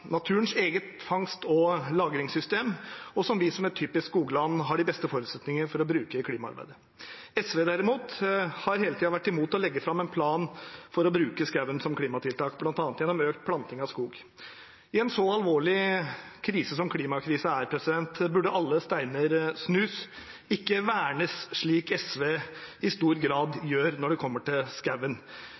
naturens eget fangst- og lagringssystem, og som vi som et typisk skogland har de beste forutsetninger for å bruke i klimaarbeidet. SV, derimot, har hele tiden vært imot å legge fram en plan for å bruke skogen som klimatiltak, bl.a. gjennom økt planting av skog. I en så alvorlig krise som klimakrisen er, burde alle steiner snus, ikke vernes, slik SV i stor grad gjør når det kommer til